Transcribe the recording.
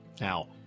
Now